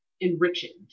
enriched